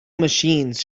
machines